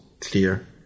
clear